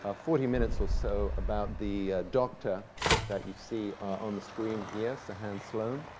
ah forty minutes or so about the doctor that you see on the screen here, sir hans sloane.